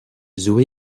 zoe